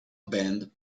band